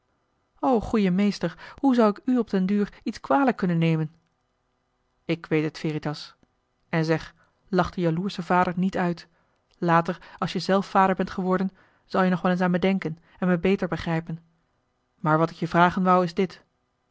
goeie meester hoe zou ik u op den duur iets kwalijk kunnen nemen ik weet het veritas en zeg lach den jaloerschen vader niet uit later als je zelf vader bent geworden zal je nog wel eens aan me denken en me beter begrijpen maar wat ik je vragen wou is dit